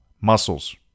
muscles